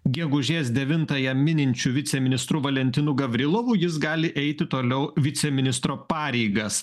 gegužės devintąją mininčiu viceministru valentinu gavrilovu jis gali eiti toliau viceministro pareigas